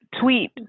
tweet